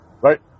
Right